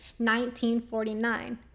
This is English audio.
1949